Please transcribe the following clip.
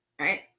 right